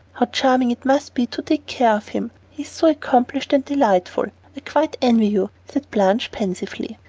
how charming it must be to take care of him, he is so accomplished and delightful. i quite envy you, said blanche pensively.